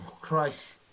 Christ